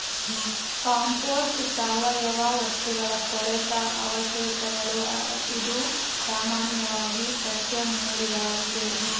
compost ಸಾವಯವ ವಸ್ತುಗಳ ಕೊಳೆತ ಅವಶೇಷಗಳು ಇದು ಸಾಮಾನ್ಯವಾಗಿ ಸಸ್ಯ ಮೂಲ್ವಾಗಿದೆ